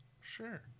Sure